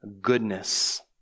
goodness